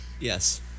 Yes